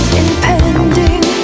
impending